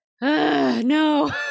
no